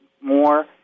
more